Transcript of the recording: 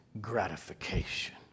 gratification